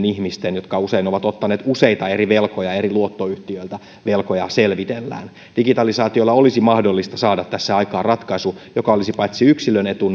ihmisten jotka usein ovat ottaneet useita eri velkoja eri luottoyhtiöiltä velkoja selvitellään digitalisaatiolla olisi mahdollista saada tässä aikaan ratkaisu joka olisi paitsi yksilön etu